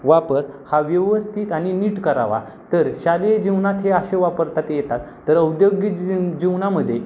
वापर हा व्यवस्थित आणि नीट करावा तर शालेय जीवनात हे असे वापरतात येतात तर औद्योगिक जीव जीवनामध्ये